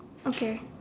okay